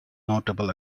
notable